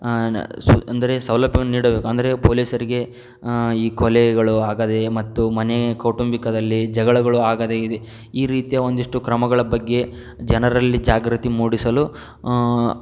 ಅಂದರೆ ಸೌಲಭ್ಯವನ್ ನೀಡಬೇಕು ಅಂದರೆ ಪೊಲೀಸರಿಗೆ ಈ ಕೊಲೆಗಳು ಆಗದೆ ಮತ್ತು ಮನೆ ಕೌಟುಂಬಿಕದಲ್ಲಿ ಜಗಳಗಳು ಆಗದೇ ಇದ್ದ ಈ ರೀತಿಯ ಒಂದಷ್ಟು ಕ್ರಮಗಳ ಬಗ್ಗೆ ಜನರಲ್ಲಿ ಜಾಗೃತಿ ಮೂಡಿಸಲು